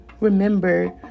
remember